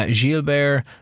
Gilbert